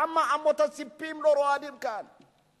למה אמות הספים לא רועדות כאן?